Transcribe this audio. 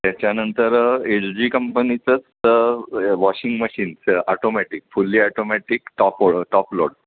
त्याच्यानंतर L G कंपनीचंच washing मशीनचं automatic fully automatic top top load